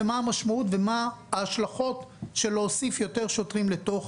ומה המשמעות ומה ההשלכות של להוסיף יותר שוטרים לתוך